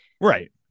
right